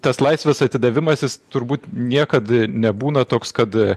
tas laisvės atidavimas turbūt niekad nebūna toks kad